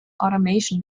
automation